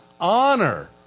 honor